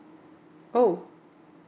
oh